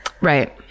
right